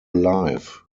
life